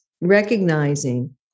recognizing